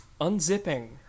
unzipping